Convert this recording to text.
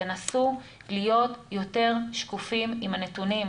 תנסו להיות יותר שקופים עם הנתונים,